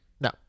no